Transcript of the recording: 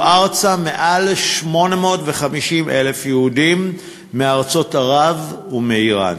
ארצה מעל 850,000 יהודים מארצות ערב ומאיראן.